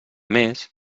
més